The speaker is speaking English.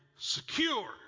secure